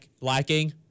lacking